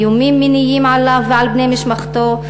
איומים מיניים עליו ועל בני משפחתו,